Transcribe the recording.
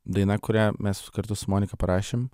daina kurią mes kartu su monika parašėm